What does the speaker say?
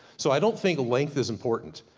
so i don't think length is important.